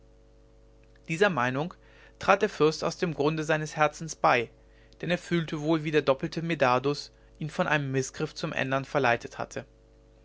dieser meinung trat der fürst aus dem grunde seines herzens bei denn er fühlte wohl wie der doppelte medardus ihn von einem mißgriff zum ändern verleitet hatte